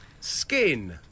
skin